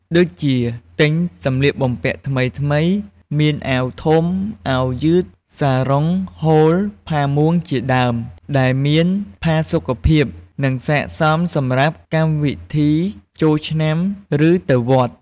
ដូចជាទិញសម្លៀកបំពាក់ថ្មីៗ មានអាវធំ អាវយឺត សារុង ហូល ផាមួងជាដើម ដែលមានផាសុកភាព និងស័ក្តិសមសម្រាប់កម្មវិធីចូលឆ្នាំ ឬទៅវត្ត។